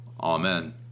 Amen